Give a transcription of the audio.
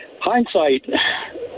Hindsight